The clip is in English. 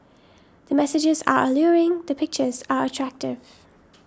the messages are alluring the pictures are attractive